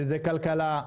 שזה כלכלה,